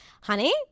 honey